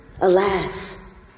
Alas